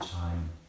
time